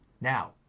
Now